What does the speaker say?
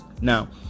Now